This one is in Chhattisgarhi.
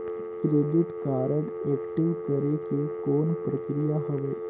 क्रेडिट कारड एक्टिव करे के कौन प्रक्रिया हवे?